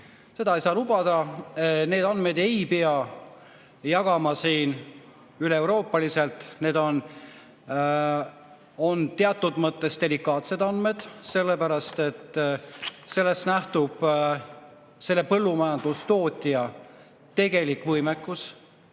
Seda ei saa lubada, neid andmeid ei pea jagama üleeuroopaliselt. Need on teatud mõttes delikaatsed andmed, sellepärast et neist nähtub põllumajandustootja tegelik võimekus,